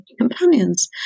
companions